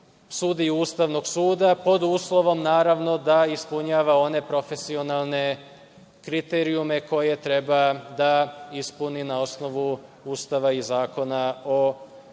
sudiju Ustavnog suda pod uslovom, naravno, da ispunjava one profesionalne kriterijume koje treba da ispuni na osnovu Ustava i zakona o Ustavnom